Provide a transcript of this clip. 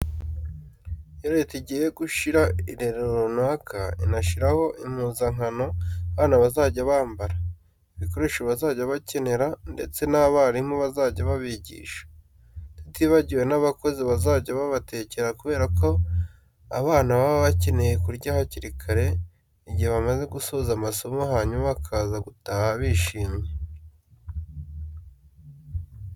Iyo Leta igiye gushinga irerero runaka, inashyiraho impuzankano abana bazajya bambara, ibikoresho bazajya bakenera ndetse n'abarimu bazajya babigisha, tutibagiwe n'abakozi bazajya babatekera kubera ko abana baba bakeneye kurya hakiri kare igihe bamaze gusoza amasomo, hanyuma bakaza gutaha bishimye.